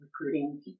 recruiting